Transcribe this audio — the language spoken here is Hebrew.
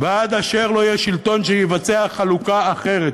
וכל עוד לא יהיה שלטון שיבצע חלוקה אחרת.